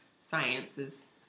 sciences